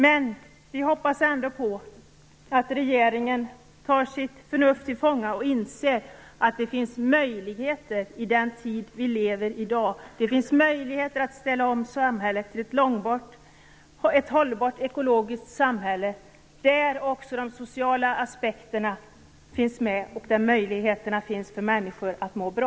Men vi hoppas ändå på att regeringen tar sitt förnuft till fånga och inser att det finns möjligheter i den tid som vi lever i i dag. Det finns möjligheter att ställa om samhället till ett hållbart ekologiskt samhälle, där också de sociala aspekterna finns med och där möjligheterna finns för människor att må bra.